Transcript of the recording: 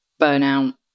burnout